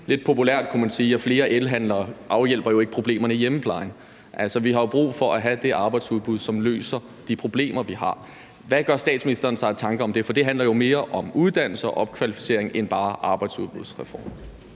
Lidt populært kunne man sige, at flere elhandlere jo ikke afhjælper problemerne i hjemmeplejen. Vi har jo brug for at have det arbejdsudbud, som løser de problemer, vi har. Hvad gør statsministeren sig af tanker om det? For det handler jo mere om uddannelse og opkvalificering end bare arbejdsudbudsreformer.